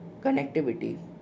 connectivity